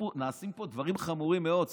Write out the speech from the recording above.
נעשים פה דברים חמורים מאוד,